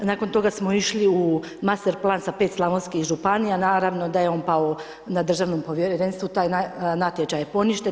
Nakon toga smo išli u master plan sa 5 slavonskih županija, naravno da je on pao na državnom povjerenstvu, taj natječaj je poništen.